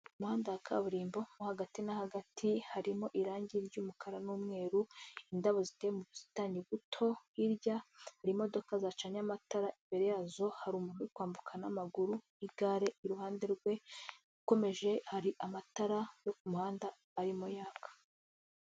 Umuhanda wa kaburimbo, mo hagati na hagati harimo irangi ry'umukara n'umweru, indabo ziteye mu busitani buto, hirya hari imodoka zacanye amatara, imbere yazo hari umuntu uri kwambuka n'amaguru n'igare iruhande rwe, ukomeje hari amatara yo ku muhanda arimo yaka.